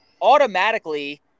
automatically